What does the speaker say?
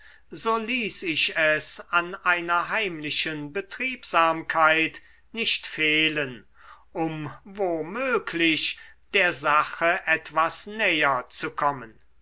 so ließ ich es an einer heimlichen betriebsamkeit nicht fehlen um wo möglich der sache etwas näher zu kommen